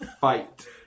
Fight